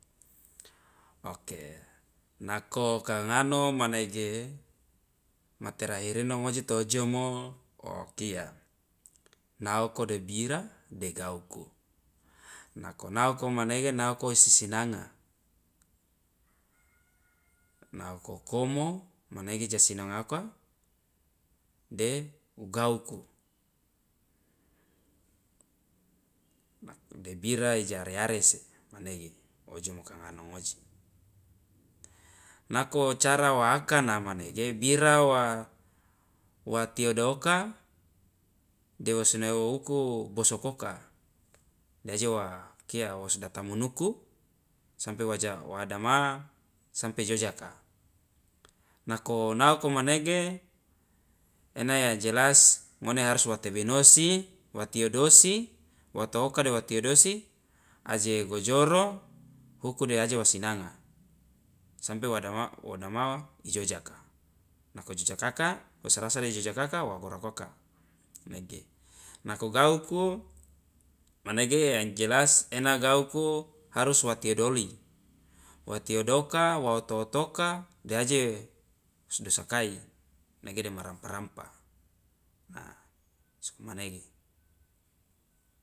Oke nako kangano manege ma terahir ino ngoji toojomo okia naoko de bira de gauku nako manege naoko isisinanga naoko komo manege ja sinangaka de gauku de bira ijare arese manege ojomoka kangano ngoji nako cara waakana manege bira wa wa tiodoka de wosi noa uku bosokoka de aje wa kia wosdatamunuku sampe waja wadama sampe jojaka nako naoko manege ena jelas ngone harus wa tebinosi wa tiodosi wa otoka de watiodosi aje gojoro huku de aje wa sinanga sampe wadama wodama ijojaka nako ijojaka wosrasa la ijojakaka wa gorakaka manege nako gauku manege yang jelas ena gauku harus wa tiodoli wa tiodoka wa oto- otoka de aje wosdosakai manege dema rampa rampa a sokomanege.